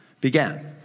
began